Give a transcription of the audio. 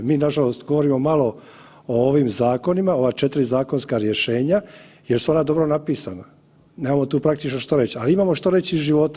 Mi nažalost govorimo malo o ovim zakonima, ova 4 zakonska rješenja jel su ona dobro napisana, nemamo tu praktično šta reć, ali imamo što reć iz života.